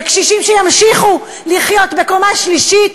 וקשישים שימשיכו לחיות בקומה שלישית,